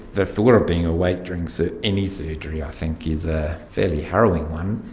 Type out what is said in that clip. the thought of being awake during so any surgery i think is a fairly harrowing one,